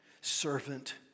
servant